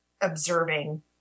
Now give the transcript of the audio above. observing